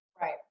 right